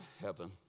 heaven